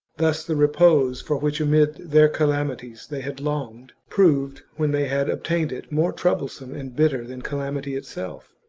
thus the repose, for which amid their calamities they had longed, proved, when they had obtained it, more troublesome and bitter than calamity itself.